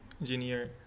engineer